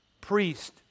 priest